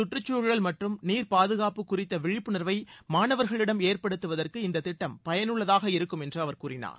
சுற்றுச்சூழல் மற்றும் நீர்பாதுகாப்பு குறித்த விழிப்புணர்வை மாணவர்களிடம் ஏற்படுத்துவதற்கு இந்த திட்டம் பயனுள்ளதாக இருக்கும் என்று அவர் கூறினார்